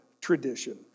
tradition